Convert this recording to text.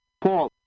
Paul